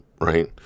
right